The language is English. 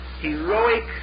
heroic